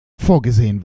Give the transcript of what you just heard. vorgesehen